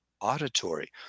auditory